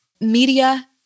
Media